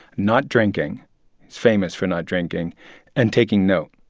not drinking he's famous for not drinking and taking note,